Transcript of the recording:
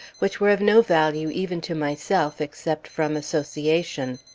which were of no value even to myself except from association.